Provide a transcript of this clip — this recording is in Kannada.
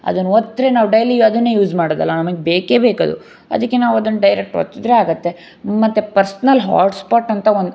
ಅದನ್ನ ಒತ್ರೆ ನಾವು ಡೈಲಿ ಅದನ್ನೇ ಯೂಸ್ ಮಾಡೋದಲ್ಲ ನಮಗೆ ಬೇಕೇ ಬೇಕದು ಅದಕ್ಕೆ ನಾವು ಅದನ್ನ ಡೈರೆಕ್ಟ್ ಒತ್ತಿದರೆ ಆಗುತ್ತೆ ಮತ್ತು ಪರ್ಸ್ನಲ್ ಹಾಟ್ಸ್ಪಾಟ್ ಅಂತ ಒಂದು